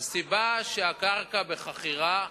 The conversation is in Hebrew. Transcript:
אף אחד לא מתנגד לרפורמה בביורוקרטיה.